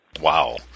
Wow